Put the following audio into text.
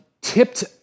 tipped